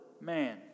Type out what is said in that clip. man